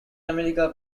america